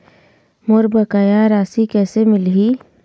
मोर बकाया राशि कैसे मिलही?